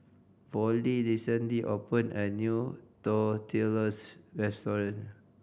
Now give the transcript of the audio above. Vollie recently opened a new Tortillas Restaurant